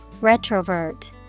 Retrovert